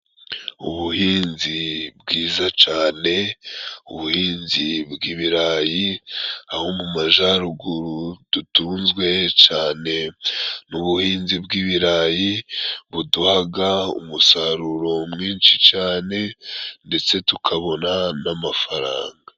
Ubuhinzi bwiza cyane, ubuhinzi bw'ibirayi aho mu majaruguru dutunzwe cane n'ubuhinzi bw'ibirayi, buduhaga umusaruro mwinshi cyane ndetse tukabona n'amafaranga.